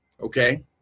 Okay